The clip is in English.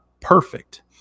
perfect